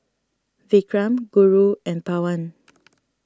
Vikram Guru and Pawan